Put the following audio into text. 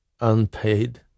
unpaid